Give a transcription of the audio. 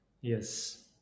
yes